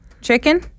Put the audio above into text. chicken